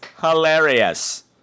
hilarious